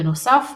בנוסף,